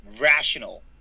rational